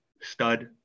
Stud